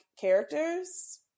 characters